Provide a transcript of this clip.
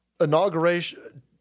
inauguration